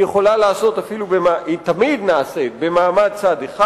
היא נעשית תמיד במעמד צד אחד.